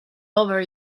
over